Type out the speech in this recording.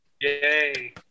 Yay